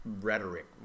rhetoric